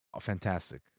fantastic